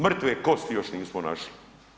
Mrtve kosti još nismo našli.